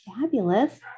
fabulous